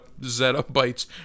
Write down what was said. zettabytes